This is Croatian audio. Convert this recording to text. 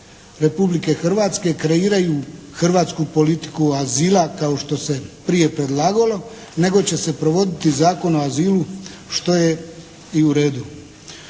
Republike Hrvatske kreiraju hrvatsku politiku azila kao što se je prije predlagalo nego će se provoditi Zakon o azilu, što je i u redu.